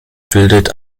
bildet